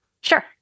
Sure